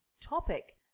topic